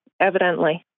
Evidently